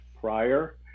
prior